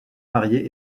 marié